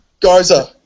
Garza